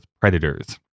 Predators